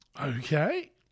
Okay